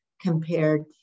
compared